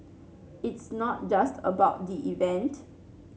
it's not just about the event